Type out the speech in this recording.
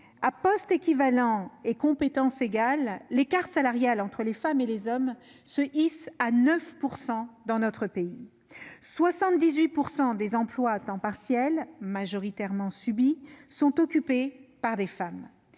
À poste équivalent et à compétences égales, l'écart salarial entre les femmes et les hommes atteint 9 % dans notre pays. Pas moins de 78 % des emplois à temps partiel, qui sont majoritairement subis, sont occupés par des femmes.